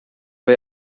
way